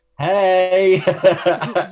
hey